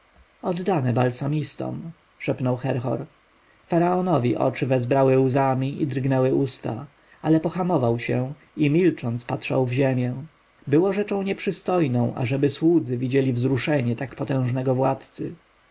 oddane balsamistom szepnął herhor faraonowi oczy wezbrały łzami i drgnęły usta ale pohamował się i milcząc patrzył w ziemię było rzeczą nieprzystojną ażeby słudzy widzieli wzruszenie tak potężnego władcy